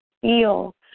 feel